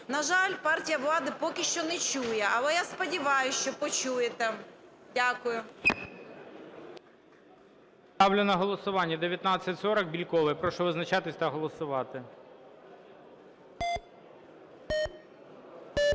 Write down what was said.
На жаль, партія влади поки що не чує, але я сподіваюся, що почуєте. Дякую. ГОЛОВУЮЧИЙ. Ставлю на голосування 1940 Бєлькової. Прошу визначатися та голосувати. 11:03:46